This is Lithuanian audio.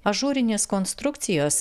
ažūrinės konstrukcijos